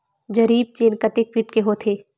जरीब चेन कतेक फीट के होथे?